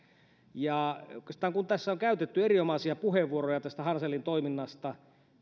kun tässä on käytetty erinomaisia puheenvuoroja tästä hanselin toiminnasta